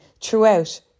throughout